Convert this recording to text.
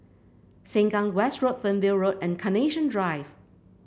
Sengkang West Road Fernvale Road and Carnation Drive